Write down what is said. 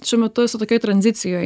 šiuo metu esu tokioj tranzicijoj